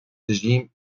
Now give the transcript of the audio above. regime